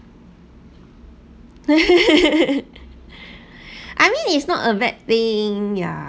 I mean it's not a bad thing ya